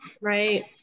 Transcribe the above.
right